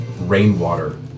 rainwater